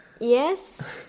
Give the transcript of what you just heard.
yes